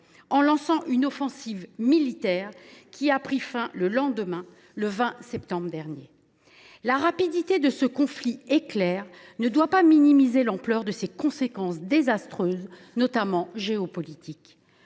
en lançant une offensive militaire qui a pris fin le lendemain, le 20 septembre. La rapidité de ce conflit éclair ne doit pas minimiser l’ampleur de ses conséquences désastreuses, notamment géopolitiques.